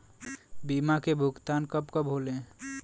बीमा के भुगतान कब कब होले?